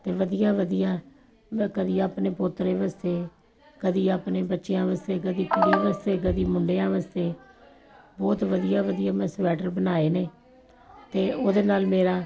ਅਤੇ ਵਧੀਆ ਵਧੀਆ ਕਦੀ ਆਪਣੇ ਪੋਤਰੇ ਵਾਸਤੇ ਕਦੀ ਆਪਣੇ ਬੱਚਿਆਂ ਵਾਸਤੇ ਕਦੀ ਕੁੜੀਆਂ ਵਾਸਤੇ ਕਦੀ ਮੁੰਡਿਆਂ ਵਾਸਤੇ ਬਹੁਤ ਵਧੀਆ ਵਧੀਆ ਮੈਂ ਸਵੈਟਰ ਬਣਾਏ ਨੇ ਅਤੇ ਉਹਦੇ ਨਾਲ ਮੇਰਾ